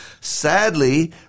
Sadly